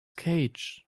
cage